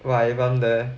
well I wonder